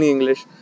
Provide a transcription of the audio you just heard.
English